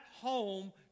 home